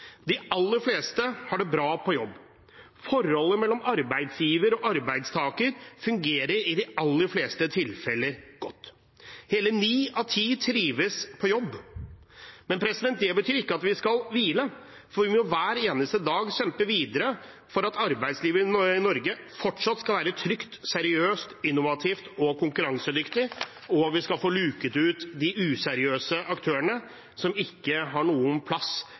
de aller fleste har det bra på jobb. Forholdet mellom arbeidsgiver og arbeidstaker fungerer i de aller fleste tilfeller godt. Hele ni av ti trives på jobb. Men det betyr ikke at vi skal hvile, for vi må hver eneste dag kjempe videre for at arbeidslivet i Norge fortsatt skal være trygt, seriøst, innovativt og konkurransedyktig, og for at vi skal få luket ut de useriøse aktørene, som ikke har noen plass